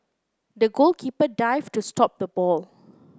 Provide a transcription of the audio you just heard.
the goalkeeper dived to stop the ball